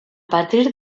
partir